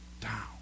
down